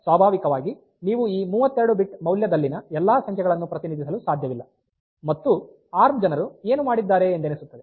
ಆದ್ದರಿಂದ ಸ್ವಾಭಾವಿಕವಾಗಿ ನೀವು ಈ 32 ಬಿಟ್ ಮೌಲ್ಯದಲ್ಲಿನ ಎಲ್ಲಾ ಸಂಖ್ಯೆಗಳನ್ನು ಪ್ರತಿನಿಧಿಸಲು ಸಾಧ್ಯವಿಲ್ಲ ಮತ್ತು ಈ ಎ ಆರ್ ಎಂ ಜನರು ಏನು ಮಾಡಿದ್ದಾರೆ ಎಂದೆನಿಸುತ್ತದೆ